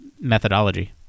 methodology